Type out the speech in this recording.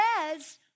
says